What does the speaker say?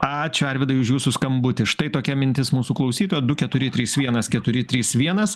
ačiū arvydai už jūsų skambutį štai tokia mintis mūsų klausytojo du keturi trys vienas keturi trys vienas